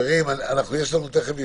יש לנו תכף ישיבה,